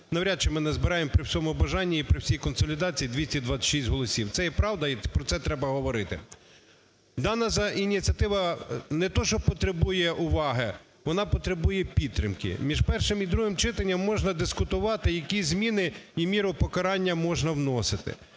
навряд чи ми назбираємо при всьому бажанні і при всій консолідації 226 голосів. Це є правда, і про це треба говорити. Дана ініціатива не то, що потребує уваги, вона потребує підтримки. Між першим і другим читанням можна дискутувати, які зміни і міру покарання можна вносити.